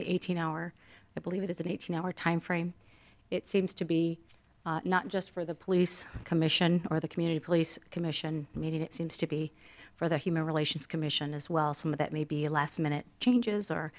the eighteen hour i believe it is an eighteen hour timeframe it seems to be not just for the police commission or the community police commission meeting it seems to be for the human relations commission as well some of that may be a last minute changes or